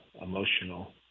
emotional